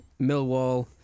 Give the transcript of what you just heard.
Millwall